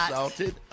salted